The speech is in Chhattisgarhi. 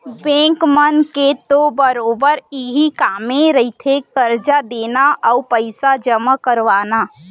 बेंक मन के तो बरोबर इहीं कामे रहिथे करजा देना अउ पइसा जमा करवाना